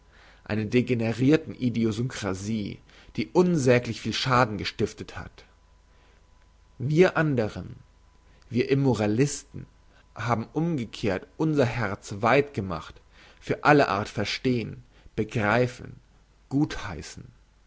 eine degenerirten idiosynkrasie die unsäglich viel schaden gestiftet hat wir anderen wir immoralisten haben umgekehrt unser herz weit gemacht für alle art verstehn begreifen gutheissen